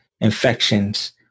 infections